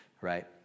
right